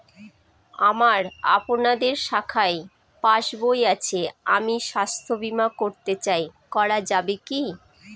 আমার আপনাদের শাখায় পাসবই আছে আমি স্বাস্থ্য বিমা করতে চাই করা যাবে কি?